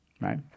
right